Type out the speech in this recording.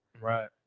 Right